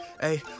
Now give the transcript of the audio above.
Hey